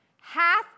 half